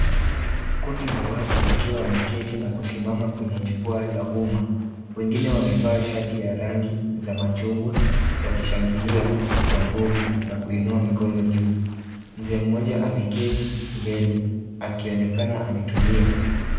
Kundi la watu wakiwa wameketi na kusimama kwenye jukwaa la umma. Wengine wamevaa shati ya rangi za machungwa wakishangilia kwa nguvu na kuinua mikono juu. Mzee mmoja ameketi mbele akionekana ametulia.